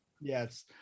Yes